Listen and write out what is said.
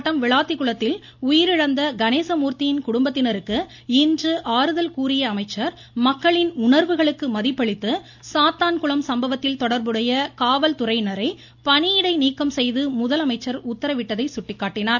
மாவட்டம் விளாத்திகுளத்தில் உயிரிழந்த கணேசமூர்த்தியின் தாத்துக்குடி குடும்பத்தினருக்கு இன்று ஆறுதல் கூறிய அமைச்சர் மக்களின் உணர்வுகளுக்கு மதிப்பளித்து சாத்தான்குளம் சம்பவத்தில் தொடர்புடைய காவல்துறையினரை பணியிடை நீக்கம் செய்து முதலமைச்சர் உத்தரவிட்டதை சுட்டிக்காட்டினார்